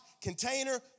container